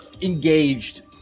engaged